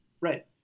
right